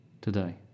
today